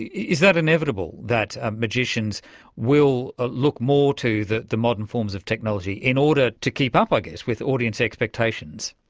is that inevitable, that ah magicians will look more to the the modern forms of technology in order to keep up, i guess, with audience expectations?